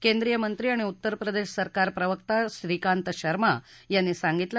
केंद्रीय मंत्री आणि उत्तर प्रदेश सरकार प्रवक्ता श्रीकांत शर्मा यांनी सांगितलं